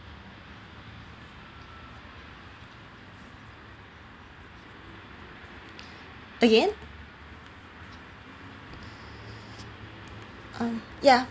again uh ya